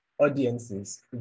audiences